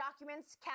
documents